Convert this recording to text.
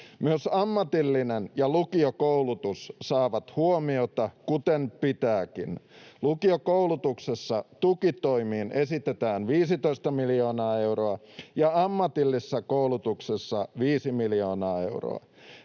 Myös ammatillinen ja lukiokoulutus saavat huomiota, kuten pitääkin. Lukiokoulutuksessa tukitoimiin esitetään 15 miljoonaa euroa ja ammatillisessa koulutuksessa 5 miljoonaa euroa.